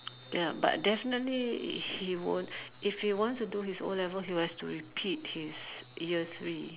ya but definitely he won't if he wants to do his O-levels he has to repeat his year three